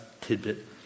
tidbit